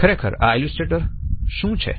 ખરેખર આ એલ્યુસટ્રેટર શું છે